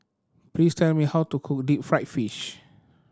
please tell me how to cook deep fried fish